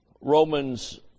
Romans